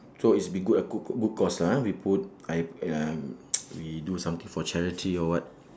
so it's be good a good good good cause lah ha we put I uh ya we do something for charity or what